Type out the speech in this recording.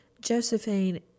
Josephine